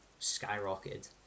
skyrocketed